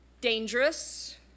dangerous